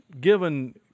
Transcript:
given